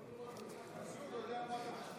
נגד אתה יודע על מה אתה מצביע,